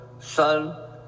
Son